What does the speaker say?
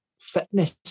fitness